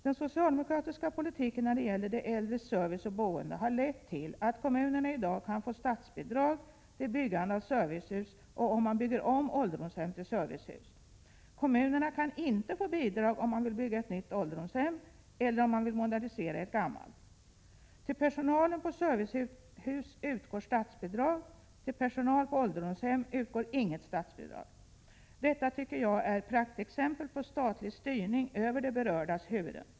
Den socialdemokratiska politiken när det gäller de äldres service och boende har lett till att kommunerna i dag kan få statsbidrag till byggande av servicehus och om man bygger om ålderdomshem till servicehus. Men kommunerna kan inte få bidrag om man vill bygga ett nytt ålderdomshem eller om man vill modernisera ett gammalt. Till personal på servicehus utgår statsbidrag. Men till personal på ålderdomshem utgår inget statsbidrag. Detta tycker jag är ett praktexempel på statlig styrning över de berördas huvuden!